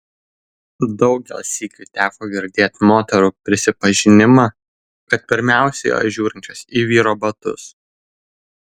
daugel sykių teko girdėt moterų prisipažinimą kad pirmiausia jos žiūrinčios į vyro batus